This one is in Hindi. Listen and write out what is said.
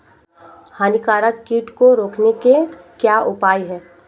हानिकारक कीट को रोकने के क्या उपाय हैं?